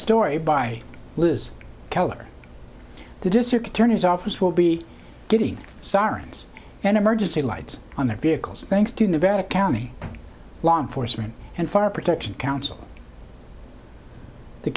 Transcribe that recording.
story by liz keller the district attorney's office will be getting sirens and emergency lights on their vehicles thanks to nevada county law enforcement and fire protection council the